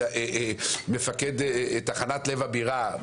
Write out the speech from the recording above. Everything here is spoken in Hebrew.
מפקד תחנת לב הבירה,